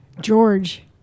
George